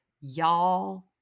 y'all